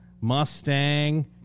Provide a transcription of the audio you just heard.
Mustang